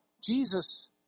Jesus